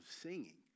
singing